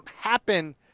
happen